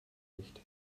nicht